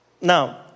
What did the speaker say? Now